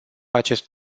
acest